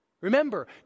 Remember